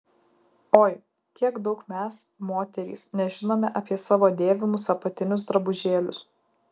oi kiek daug mes moterys nežinome apie savo dėvimus apatinius drabužėlius